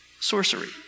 sorcery